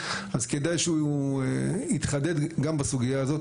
אז כדאי שהוא יתחדד גם בסוגייה הזאת,